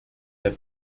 der